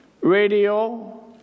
radio